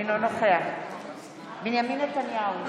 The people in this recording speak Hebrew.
אינו נוכח בנימין נתניהו,